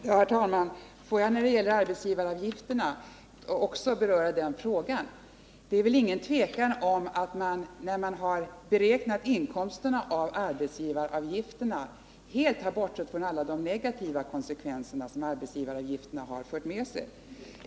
Herr talman! Får jag också beröra frågan om arbetsgivaravgifterna. Det är väl inget tvivel om att man, när man har beräknat inkomsterna av arbetsgivaravgifterna, helt har bortsett från alla de negativa konsekvenser som arbetsgivaravgifterna har fört med sig.